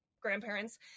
grandparents